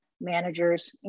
managers